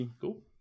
Cool